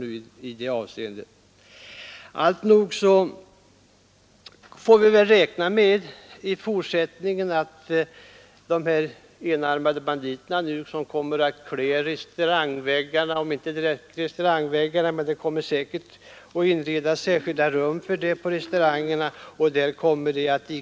Nå, nu får vi väl i fortsättningen räkna med att enarmade banditer kommer att kläda restaurangväggarna — eller rättare sagt att det kommer att inrättas särskilda rum med sådana apparater på vissa restauranger, där det kommer att spelas mycket.